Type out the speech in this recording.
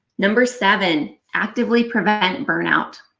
number seven actively prevent burnout.